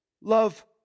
love